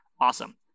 awesome